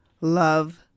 love